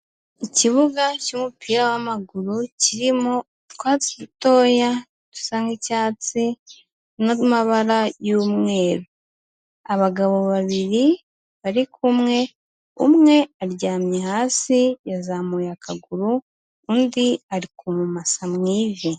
Ikibuga cy'umupira w'amaguru, kirimo utwatsi dutoya dusa nk'icyatsi, n'amabara y'umweru. Abagabo babiri bari kumwe, umwe aryamye hasi yazamuye akaguru, undi ari kumumasa mu ivi.